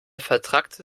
vetrackte